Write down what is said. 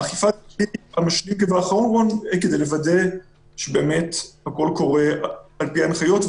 אכיפת --- כדי לוודא שבאמת הכול קורה על פי הנחיות,